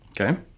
Okay